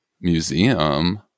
museum